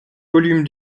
volume